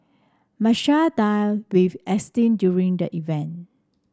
Marshall dined with Einstein during the event